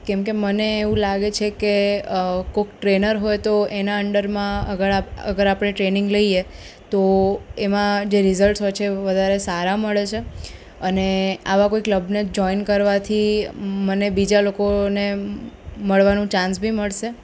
કેમકે મને એવું લાગે છે કે કોઈક ટ્રેનર હોય તો એના અંડરમાં અગર આપ અગર આપણે ટ્રેનિંગ લઈએ તો એમાં જે રીઝલ્ટ્સ હોય છે તે વધારે સારા મળે છે અને આવા કોઈ ક્લબને જોઈન કરવાથી મને બીજા લોકોને મળવાનું ચાન્સ બી મળશે